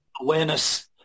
awareness